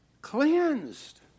cleansed